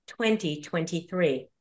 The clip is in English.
2023